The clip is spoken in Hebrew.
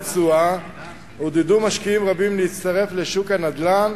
תשואה עודדו משקיעים רבים להצטרף לשוק הנדל"ן,